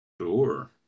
Sure